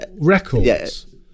records